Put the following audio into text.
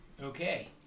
okay